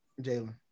Jalen